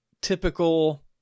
typical